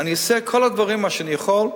אני אעשה את כל הדברים, מה שאני יכול,